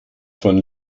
von